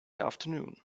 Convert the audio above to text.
afternoon